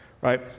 Right